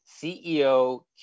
CEO